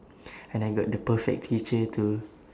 and I got the perfect teacher to